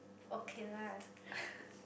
okay lah